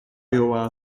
iowa